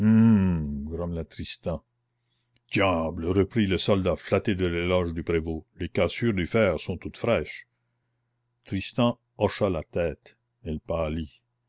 grommela tristan diable reprit le soldat flatté de l'éloge du prévôt les cassures du fer sont toutes fraîches tristan hocha la tête elle pâlit